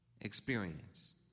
experience